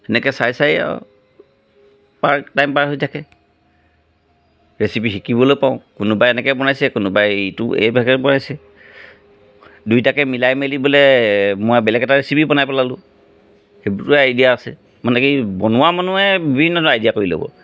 এনেকৈ চাই চাই আৰু পাৰ্ট টাইম পাৰ হৈ থাকে ৰেচিপি শিকিবলৈও পাওঁ কোনোবাই এনেকৈ বনাইছে কোনোবাই এইটো এইভাগে বনাইছে দুইটাকে মিলাই মেলি বোলে মই বেলেগ এটা ৰেচিপি বনাই পেলালোঁ সেইবোতো আইডিয়া আছে মানে এই বাকী বনোৱা মানুহে বিভিন্ন আইডিয়া কৰি ল'ব